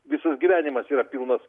visas gyvenimas yra pilnas